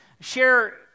share